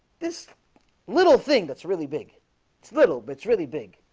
this little thing that's really big. it's little but it's really big